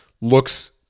looks